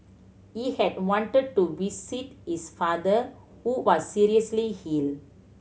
he had wanted to visit his father who was seriously hill